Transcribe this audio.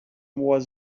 was